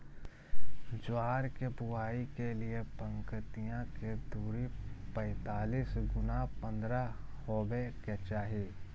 ज्वार के बुआई के लिए पंक्तिया के दूरी पैतालीस गुना पन्द्रह हॉवे के चाही